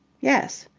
yes.